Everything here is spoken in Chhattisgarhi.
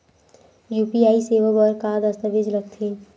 यू.पी.आई सेवा बर का का दस्तावेज लगथे?